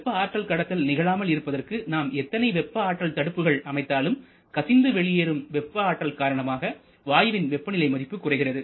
வெப்ப ஆற்றல் கடத்தல் நிகழாமல் இருப்பதற்கு நாம் எத்தனை வெப்ப ஆற்றல் தடுப்புகள் அமைத்தாலும் கசிந்து வெளியேறும் வெப்ப ஆற்றல் காரணமாக வாயுவின் வெப்பநிலை மதிப்பு குறைகிறது